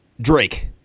Drake